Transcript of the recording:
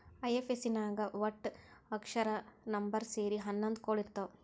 IFSC ನಾಗ್ ವಟ್ಟ ಅಕ್ಷರ, ನಂಬರ್ ಸೇರಿ ಹನ್ನೊಂದ್ ಕೋಡ್ ಇರ್ತಾವ್